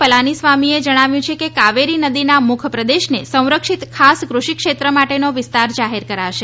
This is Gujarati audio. પલાનીસ્વામીએ જણાવ્યું છે કે કાવેરી નદીના મુખપ્રદેશને સંરક્ષિત ખાસ ક઼ષિ ક્ષેત્ર માટેનો વિસ્તાર જાહેર કરાશે